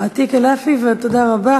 יעתיכ אל-עפי, תודה רבה.